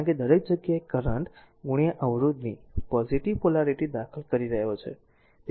કારણ કે દરેક જગ્યાએ કરંટ અવરોધની r પોઝીટીવ પોલારીટી દાખલ કરી રહ્યો છે